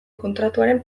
kontratuaren